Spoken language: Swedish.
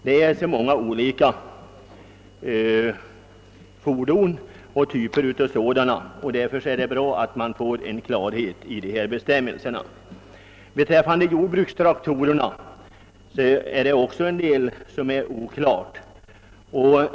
Det finns så många olika typer av dessa fordon att det är bra att få klarhet i bestämmelserna. Även beträffande jordbrukstraktorerna råder viss oklarhet.